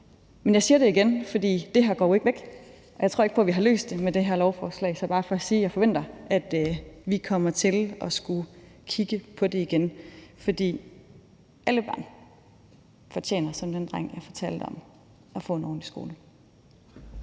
Men jeg siger det igen, for det her går jo ikke væk. Jeg tror ikke på, at vi har løst det med de her lovforslag. Så det er bare for at sige, at jeg forventer, at vi kommer til at skulle kigge på det igen, for alle børn fortjener simpelt hen som drengen, jeg fortalte om, at få en ordentlig skolegang.